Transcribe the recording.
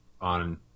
on